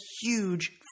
huge